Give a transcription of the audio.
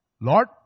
Lord